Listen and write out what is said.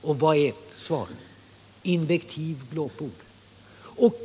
Vilket är ert svar? Invektiv och glåpord!